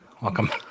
welcome